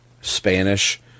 Spanish